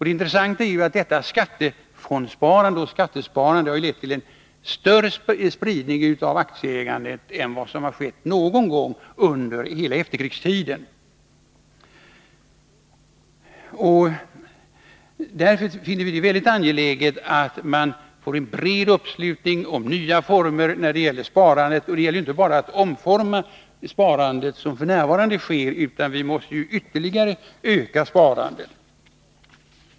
Det intressanta är att detta skattefondsparande och skattesparande har lett till en större spridning av aktieägandet än någon gång tidigare under efterkrigstiden. Därför finner vi det angeläget med en bred uppslutning kring nya former av sparande. Det gäller inte bara att omforma det sparande som f. n. sker, utan vi måste ytterligare öka sparandet.